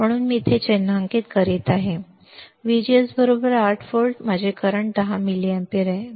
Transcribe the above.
म्हणून मी येथे चिन्हांकित करीत आहे जेव्हा माझे व्हीजीएस 8 व्होल्ट माझे करंट सुमारे 10 मिलीअँपिअर आहे